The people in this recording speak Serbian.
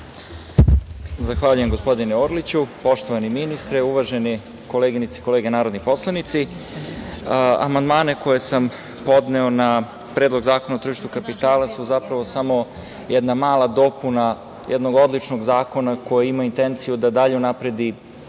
Zahvaljujem, gospodine Orliću. Poštovani ministre, uvažene koleginice i kolege narodni poslanici, amandmane koje sam podneo na Predlog zakona o tržištu kapitala su zapravo samo jedna mala dopuna jednog odličnog zakona koji ima intenciju da dalje unapredi